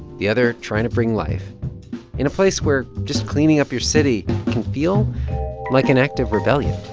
the other trying to bring life in a place where just cleaning up your city can feel like an act of rebellion